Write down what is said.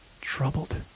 troubled